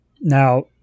Now